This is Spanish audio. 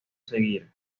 seguir